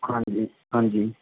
ਹਾਂਜੀ ਹਾਂਜੀ